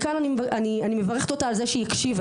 מכאן אני מברכת אותה על זה שהיא הקשיבה,